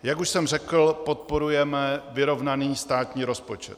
Jak už jsem řekl, podporujeme vyrovnaný státní rozpočet.